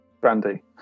Brandy